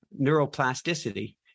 neuroplasticity